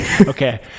Okay